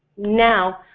now.